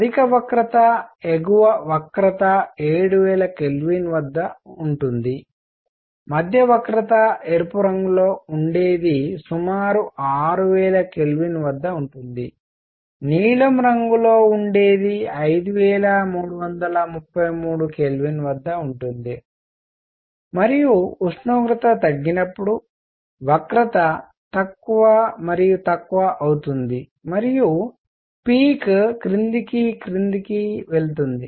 అధిక వక్రత ఎగువ వక్రత 7000 K వద్ద ఉంటుంది మధ్య వక్రత ఎరుపు రంగులో ఉండేది సుమారు 6000 K వద్ద ఉంటుంది నీలం రంగులో ఉండేది 5333 K వద్ద ఉంటుంది మరియు మొదలగునవి ఉష్ణోగ్రత తగ్గినప్పుడు వక్రత తక్కువ తక్కువ అవుతుంది మరియు పీక్ క్రింది క్రిందికి వెళుతుంది